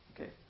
Okay